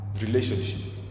relationship